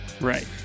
Right